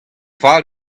fall